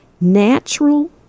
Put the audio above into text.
natural